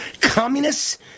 Communists